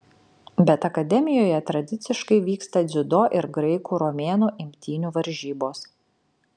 bet akademijoje tradiciškai vyksta dziudo ir graikų romėnų imtynių varžybos